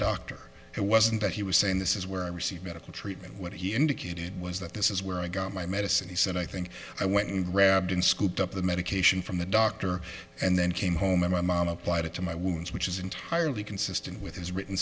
doctor it wasn't that he was saying this is where i received medical treatment what he indicated was that this is where i got my medicine he said i think i went and grabbed and scooped up the medication from the doctor and then came home and my mom applied it to my wounds which is entirely consistent with his written